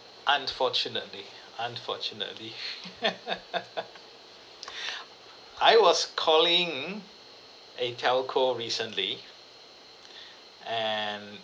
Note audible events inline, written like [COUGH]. unfortunately unfortunately [LAUGHS] [BREATH] I was calling a telco recently [BREATH] and